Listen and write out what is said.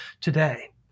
today